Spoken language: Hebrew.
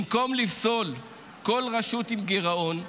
במקום לפסול כל רשות עם גירעון,